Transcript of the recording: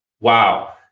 wow